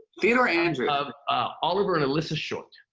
theodore andrew. of oliver and alyssa short.